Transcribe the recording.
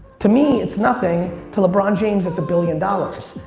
to me it's nothing, to lebron james it's a billion dollars.